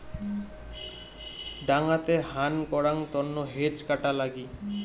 ডাঙাতে হান করাং তন্ন হেজ কাটা লাগি